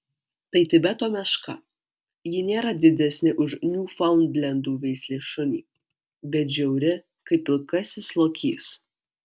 tai tibeto meška ji nėra didesnė už niūfaundlendų veislės šunį bet žiauri kaip pilkasis lokys